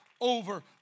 over